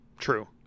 true